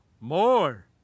More